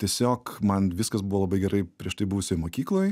tiesiog man viskas buvo labai gerai prieš tai buvusioj mokykloj